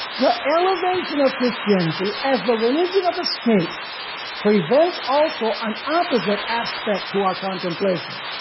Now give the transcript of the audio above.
the elevation of christianity as the religion of the state presents also an opposite aspect to our contemplation.